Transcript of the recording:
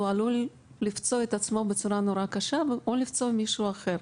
הוא עלול לפצוע את עצמו בצורה נורא קשה או לפצוע מישהו אחר.